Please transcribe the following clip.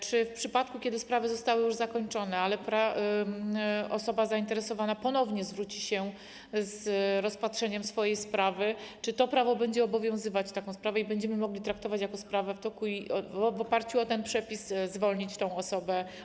Czy w przypadku kiedy sprawa została już zakończona, ale osoba zainteresowana ponownie zwróci się o rozpatrzenie swojej sprawy, to czy to prawo będzie wtedy obowiązywać i będziemy mogli to traktować jako sprawę w toku oraz w oparciu o ten przepis zwolnić tę osobę.